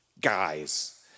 guys